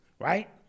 right